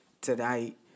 tonight